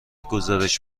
گزارش